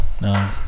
No